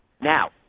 Now